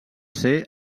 ser